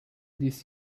this